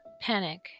panic